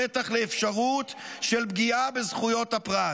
פתח לאפשרות של פגיעה בזכויות הפרט.